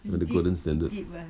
got the golden standard